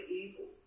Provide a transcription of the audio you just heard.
evil